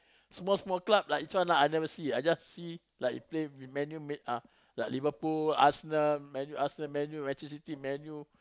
small small club like this one ah I never see I just see like play with Man-U mainly ah like Liverpool Arsenal Man-U Arsenal Man-U Manchester-City Man-U